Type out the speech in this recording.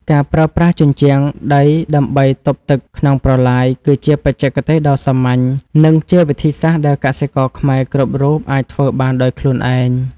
ការប្រើប្រាស់ជញ្ជាំងដីដើម្បីទប់ទឹកក្នុងប្រឡាយគឺជាបច្ចេកទេសដ៏សាមញ្ញ និងជាវិធីសាស្ត្រដែលកសិករខ្មែរគ្រប់រូបអាចធ្វើបានដោយខ្លួនឯង។